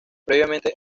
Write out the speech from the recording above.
previamente